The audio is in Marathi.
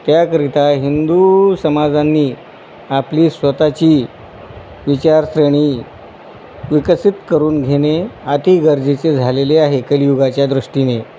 त्याकरिता हिंदू समाजांनी आपली स्वत ची विचारश्रेणी विकसित करून घेणे अति गरजेचे झालेले आहे कलियुगाच्या दृष्टीने